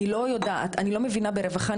אני לא מבינה ברווחה,